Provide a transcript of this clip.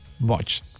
Watch